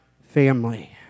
family